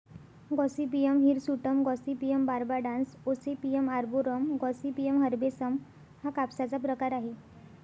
Gossypium hirsutum, Gossypium barbadense, Gossypium arboreum, Gossypium herbaceum हा कापसाचा प्रकार आहे